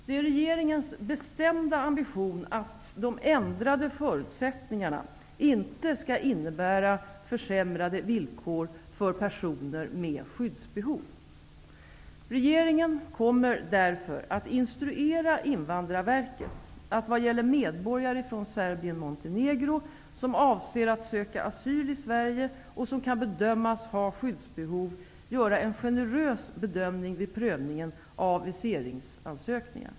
Det är regeringens bestämda ambition att de ändrade förutsättningarna inte skall innebära försämrade villkor för personer med skyddsbehov. Regeringen kommer därför att instruera Invandrarverket att vad gäller medborgare från Sverige, och som kan bedömas ha skyddsbehov, göra en generös bedömning vid prövningen av viseringsansökningar.